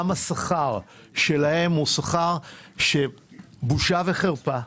גם השכר שלהם הוא בושה וחרפה.